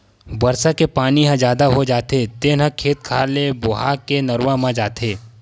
बरसा के पानी ह जादा हो जाथे तेन ह खेत खार ले बोहा के नरूवा म जाथे